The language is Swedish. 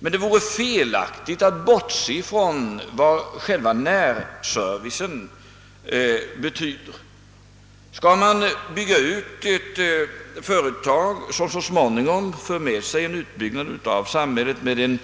Men det vore felaktigt att bortse från vad själva närservicen betyder. Skall mån bygga ut ett företag som så småningom för med sig en utbyggnad av samhället och därmed